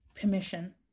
permission